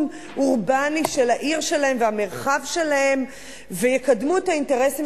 אורבני של העיר שלהם והמרחב שלהם ויקדמו את האינטרסים